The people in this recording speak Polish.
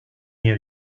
nie